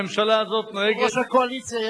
הממשלה הזאת נוהגת, יושב ראש הקואליציה,